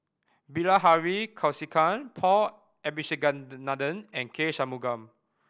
Bilahari Kausikan Paul Abisheganaden and K Shanmugam